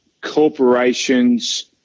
corporations